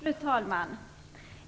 Fru talman!